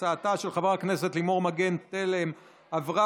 ההצעה להעביר את הצעת חוק הגנת הצרכן (תיקון,